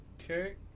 Okay